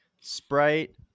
Sprite